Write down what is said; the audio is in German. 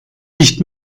nicht